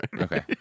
okay